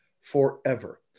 Forever